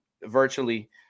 virtually